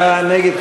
נגד,